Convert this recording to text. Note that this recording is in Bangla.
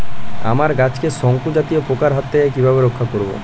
আমার গাছকে শঙ্কু জাতীয় পোকার হাত থেকে কিভাবে রক্ষা করব?